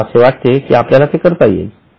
मला असे वाटते की आपल्याला ते करता येईल